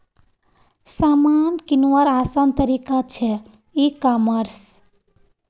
सामान किंवार आसान तरिका छे ई कॉमर्स